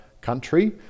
country